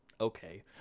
Okay